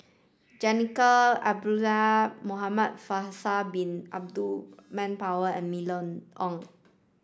Jacintha Abisheganaden Muhamad Faisal bin Abdul Manap and Mylene Ong